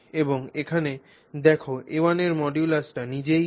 এবং এখানে দেখ a1 এর মডুলাসটি নিজেই a